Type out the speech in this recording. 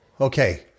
Okay